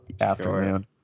afternoon